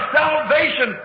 salvation